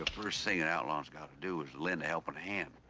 the first thing an outlaw's got to do is lend a helping hand.